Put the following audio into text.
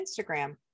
Instagram